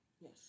Yes